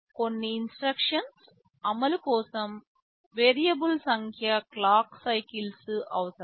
కొన్ని ఇన్స్ట్రక్షన్స్ అమలు కోసం వేరియబుల్ సంఖ్య క్లాక్ సైకిల్స్ అవసరం